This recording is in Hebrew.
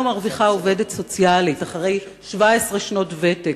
מרוויחה עובדת סוציאלית אחרי 17 שנות ותק,